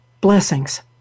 blessings